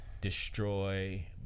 destroy